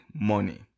money